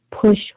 push